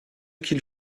qu’il